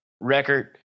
record